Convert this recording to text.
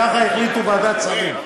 כך החליטה ועדת השרים.